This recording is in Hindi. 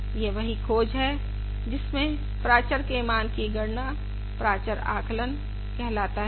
यह वही खोज है जिसमें प्राचर के मान की गणना प्राचर आकलन कहलाता है